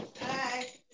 Hi